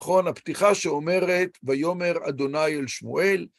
נכון, הפתיחה שאומרת ויאמר אדוני אל שמואל